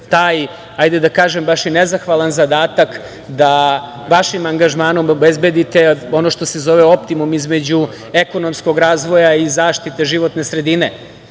taj, hajde da kažem, baš i nezahvalan zadatak da vašim angažmanom obezbedite ono što se zove optimum između ekonomskog razvoja i zaštite životne sredine.